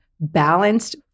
balanced